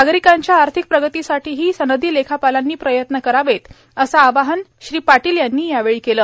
नागरिकांच्या आर्थिक प्रगतीसाठीही सनदी लेखापालांनी प्रयत्न करावेत अस आवाहन श्री पाटील यांनी यावेळी केलं